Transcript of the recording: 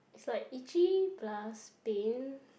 like itchy plus pain